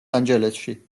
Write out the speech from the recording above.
ანჯელესში